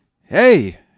Hey